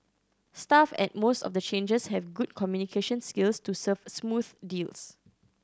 staff at most of the changers have good communication skills to serve smooth deals